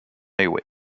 highway